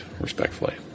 Respectfully